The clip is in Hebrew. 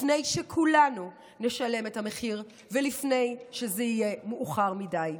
לפני שכולנו נשלם את המחיר ולפני שזה יהיה מאוחר מדי.